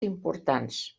importants